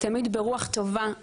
תמיד ברוח טובה,